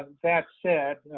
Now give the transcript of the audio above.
that said,